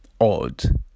odd